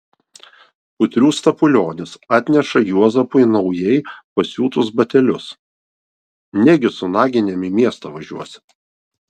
putrių stapulionis atneša juozapui naujai pasiūtus batelius negi su naginėm į miestą važiuosi